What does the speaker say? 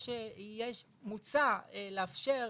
מוצע לאפשר